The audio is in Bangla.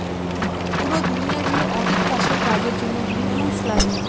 পুরো দুনিয়া জুড়ে অনেক চাষের কাজের জন্য গ্রিনহাউস লাগে